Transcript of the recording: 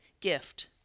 gift